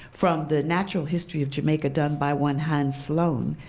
from the natural history of jamaica, done by one han sloane,